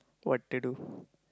what to do